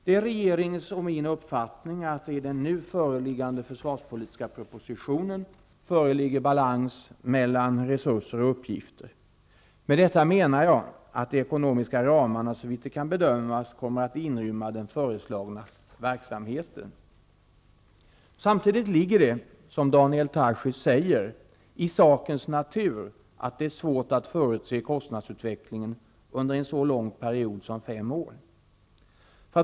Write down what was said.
Det är regeringens och min uppfattning att det i den nu föreliggande försvarspolitiska propositionen föreligger balans mellan resurser och uppgifter. Med detta menar jag att de ekonomiska ramarna såvitt det kan bedömas kommer att inrymma den föreslagna verksamheten. Samtidigt ligger det, som Daniel Tarschys säger, i sakens natur att det är svårt att förutse kostnadsutvecklingen under en så lång period som fem år.